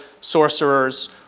sorcerers